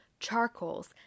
charcoals